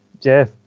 Jeff